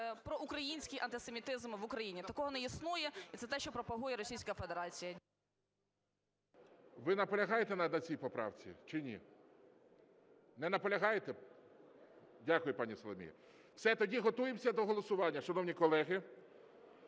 про український антисемітизм в Україні. Такого не існує і це те, що пропагує Російська Федерація. ГОЛОВУЮЧИЙ. Ви наполягаєте на цій поправці чи ні? Не наполягаєте? Дякую, пані Соломія. Все, тоді готуємося до голосування, шановні колеги.